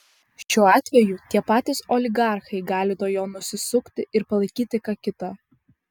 šiuo atveju tie patys oligarchai gali nuo jo nusisukti ir palaikyti ką kitą